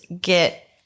get